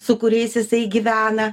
su kuriais jisai gyvena